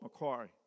Macquarie